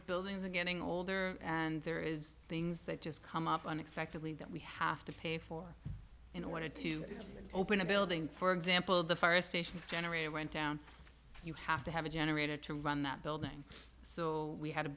buildings are getting older and there is things that just come up unexpectedly that we have to pay for in order to open a building for example the forestation generator went down you have to have a generator to run that building so we had to